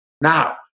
now